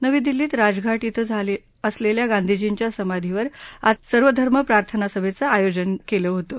नवी दिल्लीत राजघाट धिं असलेल्या गांधीजींच्या समाधीवर आज सर्वधर्म प्रार्थनासभेचं आयोजन केलं होतं